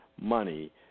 money